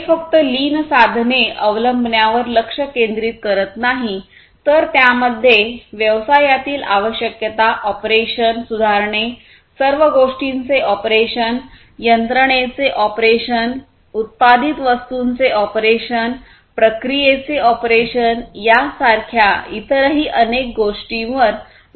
हे फक्त लीन साधने अवलंबण्यावर लक्ष केंद्रित करत नाही तर त्यामध्ये व्यवसायातील आवश्यकता ऑपरेशन सुधारणे सर्व गोष्टींचे ऑपरेशन यंत्रणेचे ऑपरेशन उत्पादित वस्तूंचे ऑपरेशन प्रक्रियेचे ऑपरेशन यासारख्या इतरही अनेक गोष्टींवर लक्ष केंद्रित करते